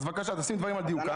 אז בבקשה, תשים דברים על דיוקם.